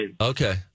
Okay